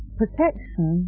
protection